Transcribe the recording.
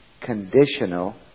conditional